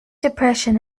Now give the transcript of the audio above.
depression